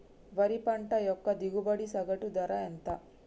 వరి పంట యొక్క దిగుబడి సగటు ధర ఎంత?